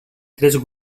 tres